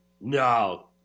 No